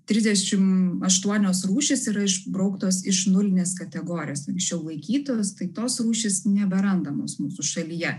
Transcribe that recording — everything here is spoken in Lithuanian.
trisdešimt aštuonios rūšys yra išbrauktos iš nulinės kategorijos anksčiau laikytos tai tos rūšys neberandamus mūsų šalyje